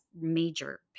major